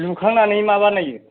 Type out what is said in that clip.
लुखांनानै मा बानायो